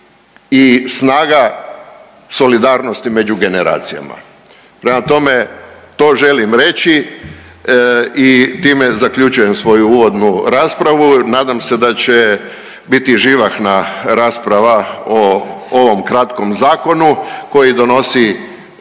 i snaga solidarnosti među generacijama. Prema tome, to želim reći i time zaključujem svoju uvodnu raspravu. Nadam se da će biti živahna rasprava o ovom kratkom zakonu koji donosi